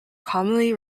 commonly